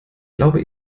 glaube